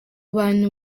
bantu